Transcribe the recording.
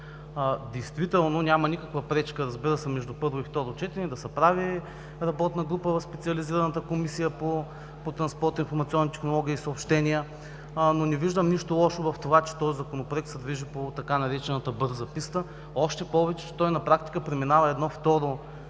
Действително няма никаква пречка, разбира се, между първо и второ четене да се прави работна група в специализираната Комисия по транспорт, информационни технологии и съобщения, но не виждам нищо лошо в това, че този Законопроект се движи по така наречената „бърза писта“, още повече, че той на практика преминава едно второ